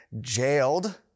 jailed